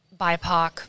BIPOC